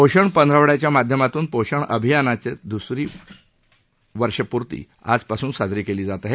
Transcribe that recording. पोषण पंधरवडाच्या माध्यमातून पोषण अभियानाच्या दूसरी वर्षपूर्वी आजपासून साजरी केली जात आहे